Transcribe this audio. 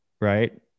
right